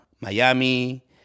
Miami